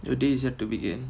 today is yet to begin